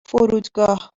فرودگاه